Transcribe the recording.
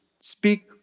speak